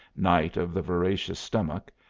knight of the voracious stomach,